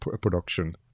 production